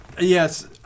Yes